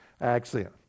accent